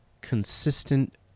consistent